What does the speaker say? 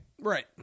right